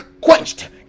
quenched